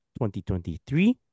2023